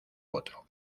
otro